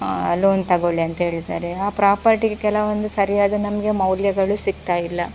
loan ತಗೊಳ್ಳಿ ಅಂತ ಹೇಳ್ತಾರೆ ಆ ಪ್ರಾಪರ್ಟಿಗೆ ಕೆಲವೊಂದು ಸರಿಯಾದ ನಮಗೆ ಮೌಲ್ಯಗಳು ಸಿಗ್ತಾ ಇಲ್ಲ